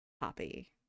poppy